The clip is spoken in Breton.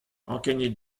ankeniet